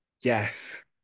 Yes